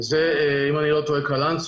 זה אם אני לא טועה קלנסואה,